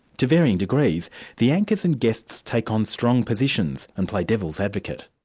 to varying degrees the anchors and guests take on strong positions and play devil's advocate.